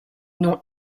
nom